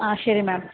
ആ ശരി മാം